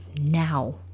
now